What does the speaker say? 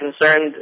concerned